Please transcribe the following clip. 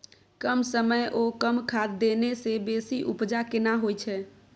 कम समय ओ कम खाद देने से बेसी उपजा केना होय छै?